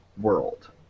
world